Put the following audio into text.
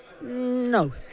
No